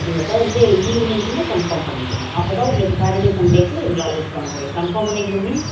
நீங்கள் தர்ஸ்டே ஈவ்னிங்க்குள்ளே கன்ஃபார்ம் பண்ணிக்கணும் அப்ப தான் உங்களுக்கு சாட்டர்டே சண்டேக்கு எங்களால் இது பண்ண முடியும் கன்ஃபார்ம் பண்ணிக்கணும் மீன்ஸ்